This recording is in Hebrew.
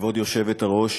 כבוד היושבת-ראש,